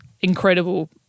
incredible